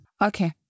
Okay